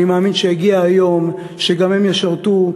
אני מאמין שיגיע היום שגם הם ישרתו,